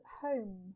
home